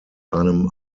einem